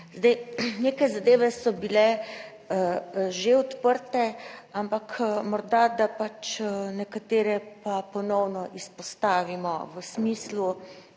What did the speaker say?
Zdaj, neke zadeve so bile že odprte, ampak morda, da pač nekatere pa ponovno izpostavimo v smislu,